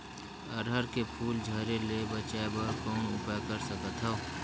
अरहर के फूल झरे ले बचाय बर कौन उपाय कर सकथव?